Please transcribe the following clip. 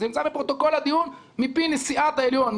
זה נמצא בפרוטוקול הדיון מפי נשיאת העליון,